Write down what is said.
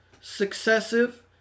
successive